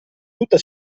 tutta